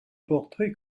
portraits